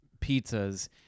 pizzas